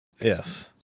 Yes